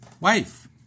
Wife